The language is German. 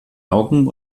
augen